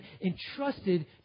entrusted